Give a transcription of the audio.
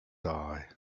die